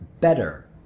better